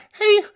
hey